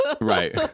Right